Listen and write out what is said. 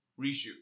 reshoot